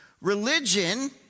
religion